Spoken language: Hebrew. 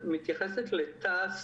על כל טיפול.